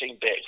big